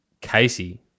Casey